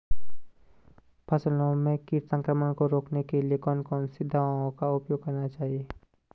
फसलों में कीट संक्रमण को रोकने के लिए कौन कौन सी दवाओं का उपयोग करना चाहिए?